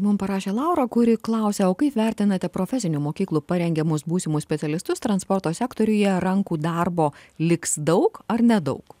mum parašė laura kuri klausia o kaip vertinate profesinių mokyklų parengiamus būsimus specialistus transporto sektoriuje rankų darbo liks daug ar nedaug